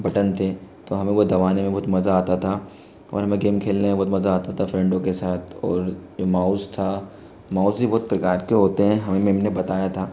button थे तो हमें वो दबाने में बहुत मज़ा आता था और हमें गेम में बहुत मज़ा आता था फ़्रेंडो के साथ और जो माउस था माउस भी बहुत प्रकार के होते हैं हमें मेेम ने बताया था